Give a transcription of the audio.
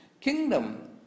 Kingdom